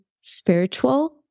spiritual